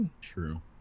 true